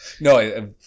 No